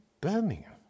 Birmingham